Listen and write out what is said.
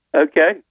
Okay